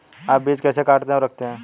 आप बीज कैसे काटते और रखते हैं?